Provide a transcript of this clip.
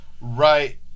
Right